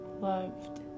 loved